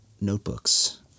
notebooks